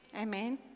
Amen